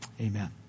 amen